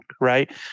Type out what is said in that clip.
right